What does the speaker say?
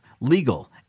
legal